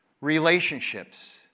relationships